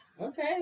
Okay